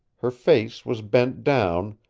her face was bent down,